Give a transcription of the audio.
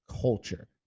culture